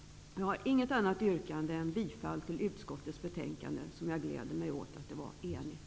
Jag har inte något annat yrkande än om bifall till utskottets hemställan. Jag gläder mig åt att utskottet har varit enigt.